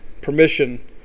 permission